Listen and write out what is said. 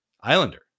Islander